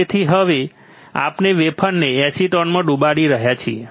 તેથી હવે આપણે વેફરને એસિટોનમાં ડૂબાડી રહ્યા છીએ